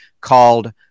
called